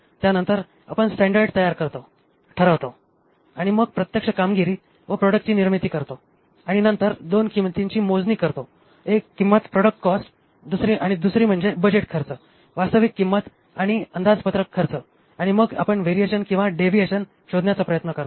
त्यानंतर आपण स्टॅंडर्ड तयार करतो ठरवतो आणि मग प्रत्यक्ष कामगिरी व प्रॉडक्टची निर्मिती करतो आणि नंतर दोन किंमतींची मोजणी करतो एक किंमत प्रॉडक्ट कॉस्ट व दुसरी म्हणजे बजेट खर्च वास्तविक किंमत आणि अंदाजपत्रक खर्च आणि मग आपण वेरिएशन किंवा डेविएशन शोधण्याचा प्रयत्न करतो